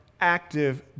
active